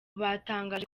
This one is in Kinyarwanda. batangaje